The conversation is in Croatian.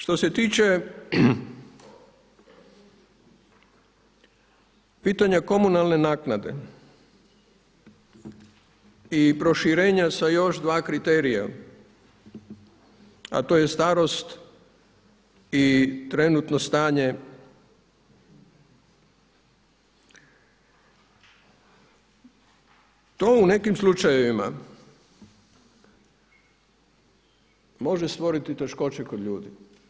Što se tiče pitanja komunalne naknade i proširenja sa još dva kriterija, a to je starost i trenutno stanje to u nekim slučajevima može stvoriti teškoće kod ljudi.